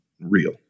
real